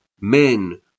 Men